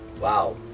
Wow